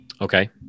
okay